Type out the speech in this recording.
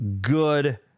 good